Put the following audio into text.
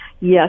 yes